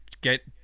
get